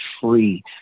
free